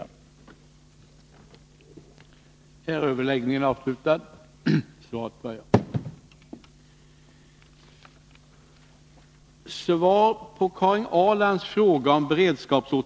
Torsdagen den